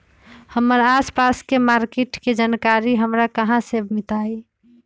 हमर आसपास के मार्किट के जानकारी हमरा कहाँ से मिताई?